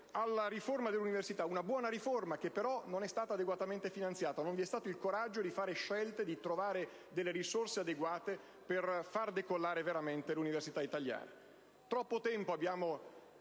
alla riforma dell'università: una buona riforma che, però, non è stata adeguatamente finanziata. Non vi è stato il coraggio di fare scelte, di trovare risorse adeguate per far decollare veramente l'università italiana. Troppo tempo abbiamo